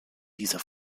dieser